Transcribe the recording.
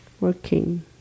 working